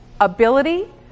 ability